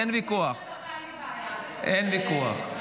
אין ויכוח.